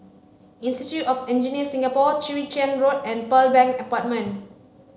Institute of Engineers Singapore Chwee Chian Road and Pearl Bank Apartment